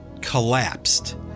collapsed